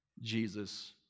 Jesus